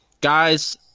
guys